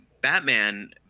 Batman